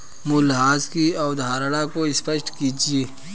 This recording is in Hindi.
मूल्यह्रास की अवधारणा को स्पष्ट कीजिए